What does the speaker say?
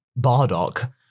Bardock